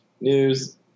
News